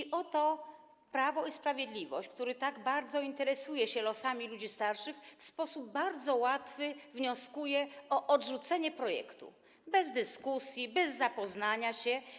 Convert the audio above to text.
I oto Prawo i Sprawiedliwość, które tak bardzo interesuje się losami ludzi starszych, w sposób bardzo łatwy wnioskuje o odrzucenie projektu - bez dyskusji, bez zapoznania się.